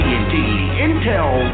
Intel